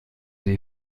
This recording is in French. des